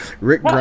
Rick